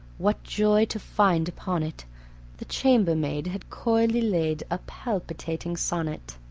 what joy to find upon it the chambermaid had coyly laid a palpitating sonnet.